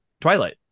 Twilight